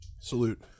salute